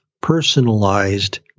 personalized